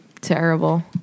terrible